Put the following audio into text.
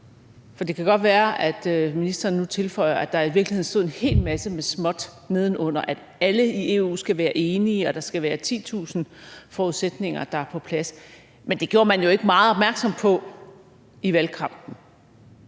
For det kan godt være, at ministeren nu tilføjer, at der i virkeligheden stod en hel masse med småt nedenunder, nemlig at alle i EU skal være enige, og der skal være 10.000 forudsætninger, der er på plads, men det gjorde man jo ikke meget opmærksom på i valgkampen.